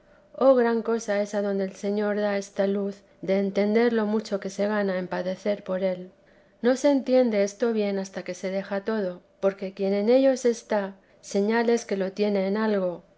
oh gran cosa es adonde el señor da esta luz de entender lo mucho que se gana en padecer por él no se entiende esto bien hasta que se deja todo porque quien en ello se está señal es que lo tiene en algo